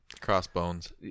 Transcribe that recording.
crossbones